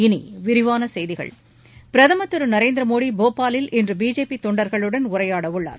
இனி விரிவான செய்திகள் பிரதமர் திரு நரேந்திரமோடி போபாலில் இன்று பிஜேபி தொண்டர்களுடன் உரையாடவுள்ளார்